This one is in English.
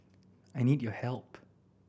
I need your help